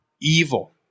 evil